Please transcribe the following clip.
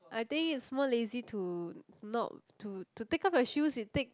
I think is more lazy to not to to take off the shoes it take